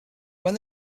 when